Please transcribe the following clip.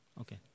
Okay